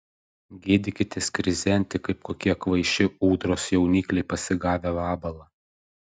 gėdykitės krizenti kaip kokie kvaiši ūdros jaunikliai pasigavę vabalą